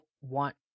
want